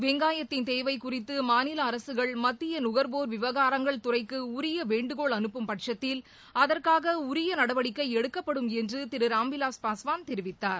வெங்காயத்தின் தேவை குறித்து மாநில அரசுகள் மத்திய நுகர்வோர் விவகாரங்கள் துறைக்கு உரிய வேண்டுகோள் அனுப்பும்பட்சத்தில் அகற்கான உரிய நடவடிக்கை எடுக்கப்படும் என்று திரு ராம்விலாஸ் பாஸ்வான் தெரிவித்தார்